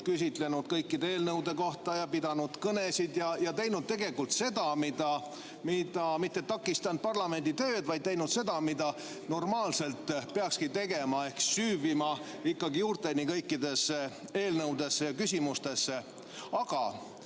küsinud kõikide eelnõude kohta ja pidanud kõnesid ja tegelikult mitte takistanud parlamendi tööd, vaid teinud seda, mida normaalselt peakski tegema, ehk süüvinud ikkagi juurteni kõikidesse eelnõudesse ja küsimustesse. Aga